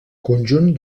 conjunt